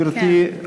גברתי,